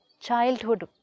childhood